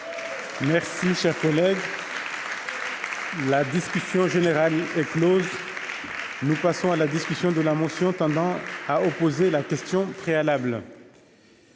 question préalable. La discussion générale est close. Nous passons à la discussion de la motion tendant à opposer la question préalable.